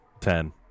ten